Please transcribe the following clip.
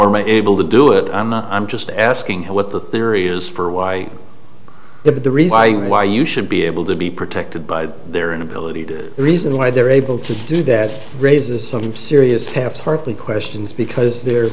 are my able to do it i'm not i'm just asking what the theory is for why the but the reason i why you should be able to be protected by their inability to reason why they're able to do that raises some serious half tartly questions because they're